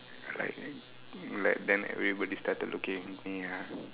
like then like then everybody started looking at me ah